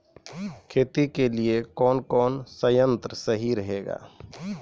खेती के लिए कौन कौन संयंत्र सही रहेगा?